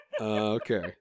okay